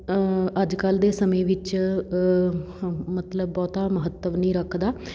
ਅੱਜ ਕੱਲ੍ਹ ਦੇ ਸਮੇਂ ਵਿੱਚ ਮਤਲਬ ਬਹੁਤਾ ਮਹੱਤਵ ਨਹੀਂ ਰੱਖਦਾ